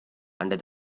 under